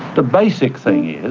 the basic thing is,